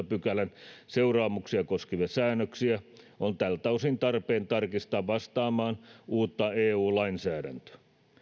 pykälän seuraamuksia koskevia säännöksiä on tältä osin tarpeen tarkistaa vastaamaan uutta eu lainsäädäntöä